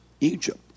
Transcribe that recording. Egypt